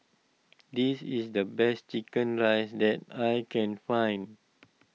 this is the best Chicken Rice that I can find